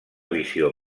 visió